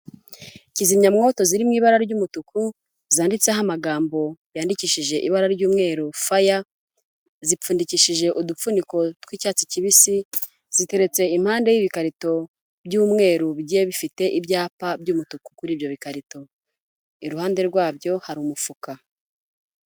Kizimyamwoto ziri mu ibara ry'umutuku, zanditseho amagambo yandikishije ibara ry'umweru faya, zipfundikishije udupfuniko tw'icyatsi kibisi, ziteretse impande y'ibikarito by'umweru bye bifite ibyapa by'umutuku kuri ibyo bikarito, iruhande rwabyo hari umufuka.